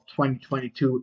2022